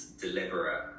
deliberate